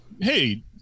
hey